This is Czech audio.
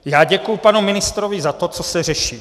Já děkuji panu ministrovi za to, co se řeší.